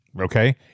okay